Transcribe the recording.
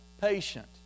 patient